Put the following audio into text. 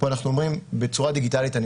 פה אנחנו אומרים: בצורה דיגיטלית אני